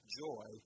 joy